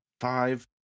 five